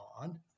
on